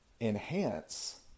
enhance